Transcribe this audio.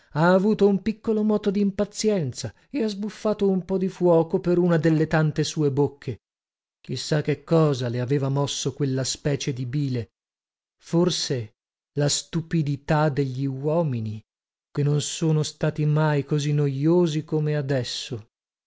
ha avuto un piccolo moto dimpazienza e ha sbuffato un po di fuoco per una delle tante sue bocche chi sa che cosa le aveva mosso quella specie di bile forse la stupidità degli uomini che non sono stati mai così nojosi come adesso